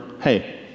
hey